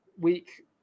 Week